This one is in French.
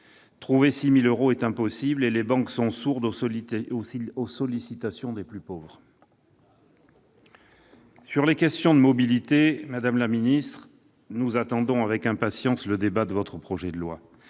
trouver 6 000 euros est impossible ; et les banques sont sourdes aux sollicitations des plus pauvres. Eh oui ! Sur les questions de mobilité, madame la ministre, nous attendons avec impatience le débat auquel donnera lieu votre projet de loi.